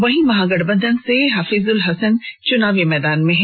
वहीं महागठबंधन से हफीजूल हसन चुनावी मैदान में हैं